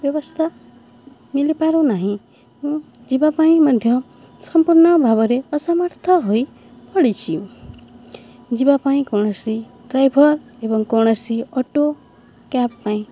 ବ୍ୟବସ୍ଥା ମିଳିପାରୁ ନାହିଁ ମୁଁ ଯିବା ପାଇଁ ମଧ୍ୟ ସମ୍ପୂର୍ଣ୍ଣ ଭାବରେ ଅସମର୍ଥ ହୋଇ ପଡ଼ିଛି ଯିବା ପାଇଁ କୌଣସି ଡ୍ରାଇଭର ଏବଂ କୌଣସି ଅଟୋ କ୍ୟାବ୍ ପାଇଁ